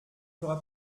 fera